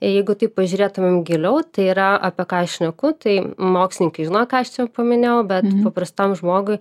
jeigu taip pažiūrėtumėm giliau tai yra apie ką šneku tai mokslininkai žino ką aš čia paminėjau bet paprastam žmogui